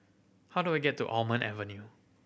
how do I get to Almond Avenue